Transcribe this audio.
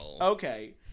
Okay